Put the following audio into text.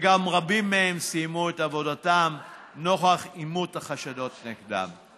וגם רבים מהם סיימו את עבודתם נוכח אימות החשדות נגדם.